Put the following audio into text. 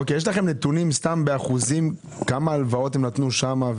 יש לכם נתונים באחוזים, כמה הלוואות הם נתנו שם?